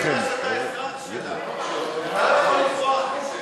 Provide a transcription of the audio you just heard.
אתם לא מתביישים?